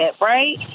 right